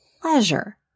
pleasure